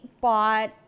bought